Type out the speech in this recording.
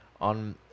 on